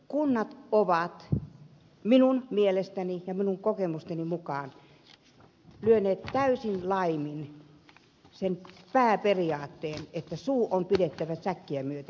kunnat ovat minun mielestäni ja minun kokemusteni mukaan lyöneet täysin laimin sen pääperiaatteen että suu on pidettävä säkkiä myöten